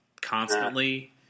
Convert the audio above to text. constantly